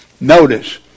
Notice